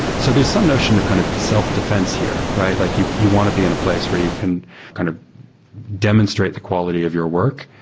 so there's some notion of kind of self-defense here, right? like you you want to be in a place where you can kind of demonstrate the quality of your work?